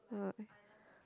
uh eh